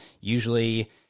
Usually